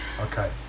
Okay